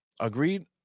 Agreed